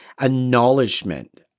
acknowledgement